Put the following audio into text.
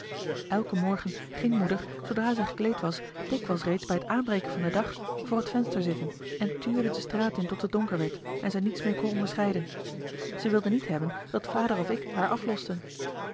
elken morgen ging moeder zoodra ze gekleed was dikwijls reeds bij het aanbreken van den dag voor het venster zitten en tuurde de straat in tot het donker werd en ze niets meer kon onderscheiden ze wilde niet hebben dat vader of ik haar aflosten